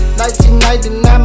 1999